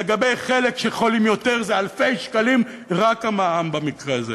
לגבי חלק שחולים יותר זה אלפי שקלים רק המע"מ במקרה הזה.